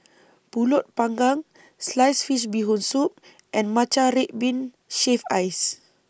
Pulut Panggang Sliced Fish Bee Hoon Soup and Matcha Red Bean Shaved Ice